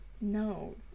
No